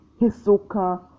Hisoka